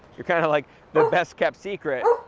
you're kinda like the best kept secret,